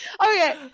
Okay